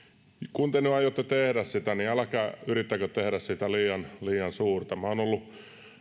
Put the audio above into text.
kun te nyt aiotte tehdä sitä niin älkää yrittäkö tehdä siitä liian liian suurta minä olen ollut